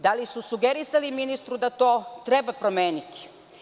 Da li su sugerisali ministru da to treba promeniti?